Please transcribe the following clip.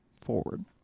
forward